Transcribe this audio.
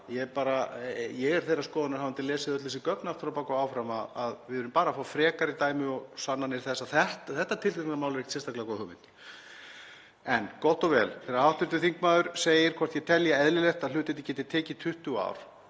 Ég er þeirrar skoðunar, hafandi lesið öll þessi gögn aftur á bak og áfram, að við erum bara að fá frekari dæmi og sannanir þess að þetta tiltekna mál er ekkert sérstaklega góð hugmynd. En gott og vel. Hv. þingmaður spyr hvort ég telji eðlilegt að hlutirnir geti tekið 20 ár.